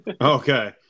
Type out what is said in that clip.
okay